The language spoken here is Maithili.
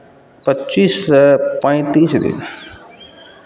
पच्चीससँ पैंतीस दिन